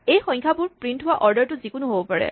এই সংখ্যাবোৰ প্ৰিন্ট হোৱা অৰ্ডাৰটো যিকোনো হ'ব পাৰে